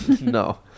no